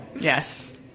Yes